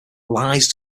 lies